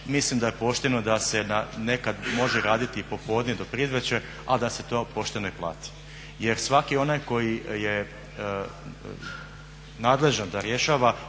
Mislim da je pošteno da se nekad može raditi i popodne i do predvečer, a da se to pošteno i plati. Jer svaki onaj koji je nadležan da rješava